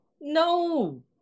No